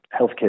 healthcare